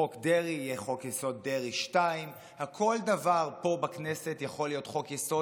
חוק דרעי יהיה חוק-יסוד: דרעי 2. כל דבר פה בכנסת יכול להיות חוק-יסוד,